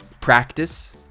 Practice